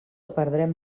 perdrem